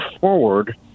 forward